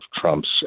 Trump's